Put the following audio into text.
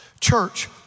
Church